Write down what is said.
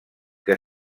que